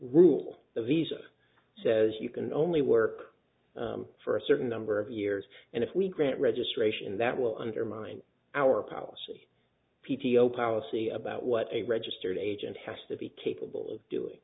rule the visa says you can only work for a certain number of years and if we grant registration that will undermine our policy p t o policy about what a registered agent has to be capable of